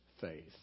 faith